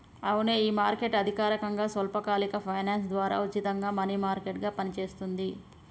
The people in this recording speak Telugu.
అవునే ఈ మార్కెట్ అధికారకంగా స్వల్పకాలిక ఫైనాన్స్ ద్వారా ఉచితంగా మనీ మార్కెట్ గా పనిచేస్తుంది